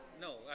No